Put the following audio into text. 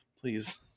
please